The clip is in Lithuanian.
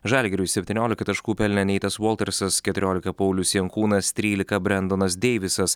žalgiriui septyniolika taškų pelnė neitas voltarsas keturiolika paulius jankūnas trylika brendonas deivisas